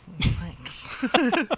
Thanks